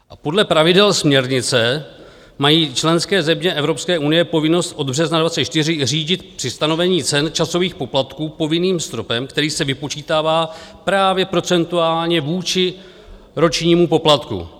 A podle pravidel směrnice se mají členské země Evropské unie povinnost od března 2024 řídit při stanovení cen časových poplatků povinným stropem, který se vypočítává právě procentuálně vůči ročnímu poplatku.